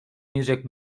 music